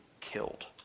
killed